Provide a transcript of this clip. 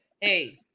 hey